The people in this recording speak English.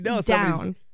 down